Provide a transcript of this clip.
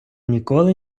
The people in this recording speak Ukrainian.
ніколи